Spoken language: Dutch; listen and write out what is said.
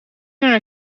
haar